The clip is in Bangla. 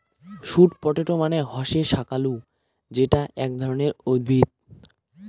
স্যুট পটেটো মানে হসে শাকালু যেটা আক ধরণের উদ্ভিদ